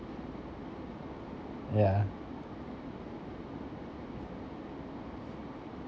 yeah